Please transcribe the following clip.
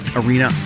arena